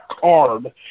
card